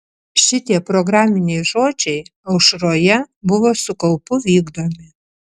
šitie programiniai žodžiai aušroje buvo su kaupu vykdomi